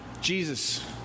Jesus